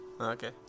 Okay